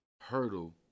hurdle